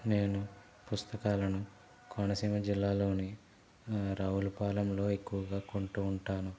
నేను పుస్తకాలను కోనసీమ జిల్లాలోని రావులపాలెంలో ఎక్కువగా కొంటూ ఉంటాను